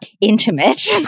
intimate